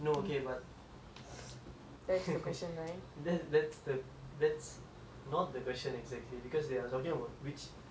that's that's the that's not the question exactly because they are talking about which you are at karma restaurant